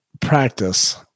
Practice